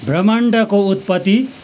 ब्रह्माण्डको उत्पत्ति